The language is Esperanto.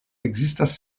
ekzistas